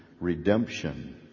redemption